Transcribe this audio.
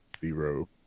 zero